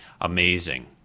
amazing